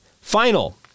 Final